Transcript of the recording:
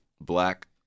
black